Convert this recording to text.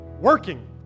working